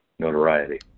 notoriety